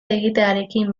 egitearekin